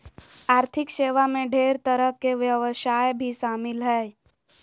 आर्थिक सेवा मे ढेर तरह के व्यवसाय भी शामिल हय